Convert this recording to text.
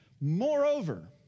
Moreover